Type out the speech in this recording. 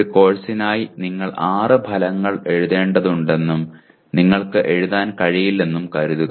ഒരു കോഴ്സിനായി നിങ്ങൾ ആറ് ഫലങ്ങൾ എഴുതേണ്ടതുണ്ടെന്നും നിങ്ങൾക്ക് എഴുതാൻ കഴിയില്ലെന്നും കരുതുക